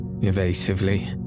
evasively